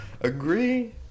Agree